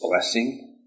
blessing